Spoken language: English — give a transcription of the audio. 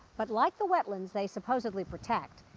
but like the wetlands they supposedly protect,